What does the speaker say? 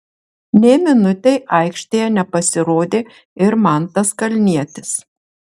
nė minutei aikštėje nepasirodė ir mantas kalnietis